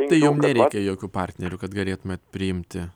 tai jum nereikia jokių partnerių kad galėtumėt priimti